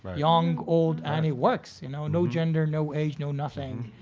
ah young, old and it works, you know? no gender, no age, no nothing.